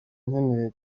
nkeneye